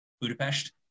Budapest